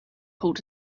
pulled